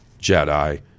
Jedi